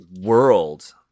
world